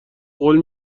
قول